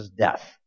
death